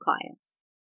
clients